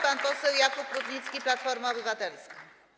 Pan poseł Jakub Rutnicki, Platforma Obywatelska.